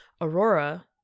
Aurora